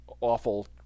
awful